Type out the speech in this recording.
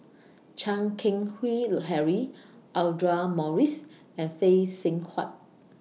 Chan Keng Howe Harry Audra Morrice and Phay Seng Whatt